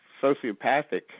sociopathic